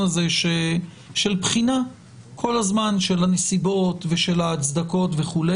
הזה של בחינה כל הזמן של הנסיבות ושל ההצדקות וכו'.